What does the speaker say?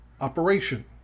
operation